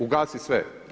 Ugasi sve.